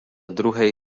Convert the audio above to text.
druhej